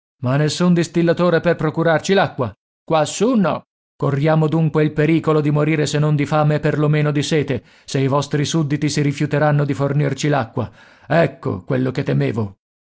ma nessun distillatore per procurarci l'acqua quassù no corriamo dunque il pericolo di morire se non di fame per lo meno di sete se i vostri sudditi si rifiuteranno di fornirci l'acqua ecco quello che temevo